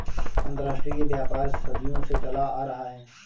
अंतरराष्ट्रीय व्यापार सदियों से चला आ रहा है